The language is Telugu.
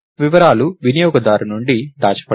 వివరాలు వినియోగదారు నుండి దాచబడ్డాయి